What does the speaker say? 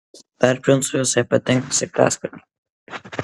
dar princui visai patinka sraigtasparniai